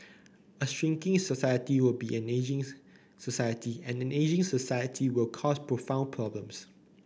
a shrinking society will be an ageing society and an ageing society will cause profound problems